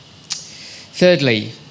Thirdly